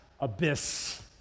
abyss